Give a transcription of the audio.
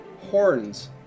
horns